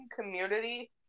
Community